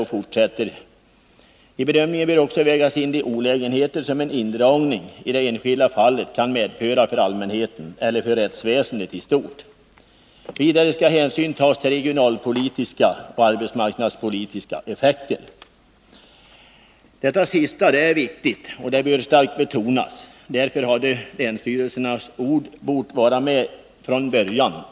Han fortsätter: ”I bedömningen bör också vägas in de olägenheter som en indragning i det enskilda fallet kan medföra för allmänheten eller för rättsvården i stort. Vidare bör de regionalpolitiska och arbetsmarknadspolitiska effekterna av en indragning redovisas.” Det sista är viktigt och bör starkt betonas. Därför anser jag att länsstyrelsernas ord borde ha varit med från början.